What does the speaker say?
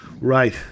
Right